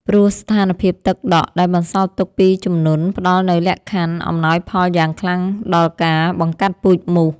ព្រោះស្ថានភាពទឹកដក់ដែលបន្សល់ទុកពីជំនន់ផ្តល់នូវលក្ខខណ្ឌអំណោយផលយ៉ាងខ្លាំងដល់ការបង្កាត់ពូជមូស។